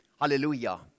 Hallelujah